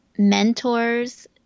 mentors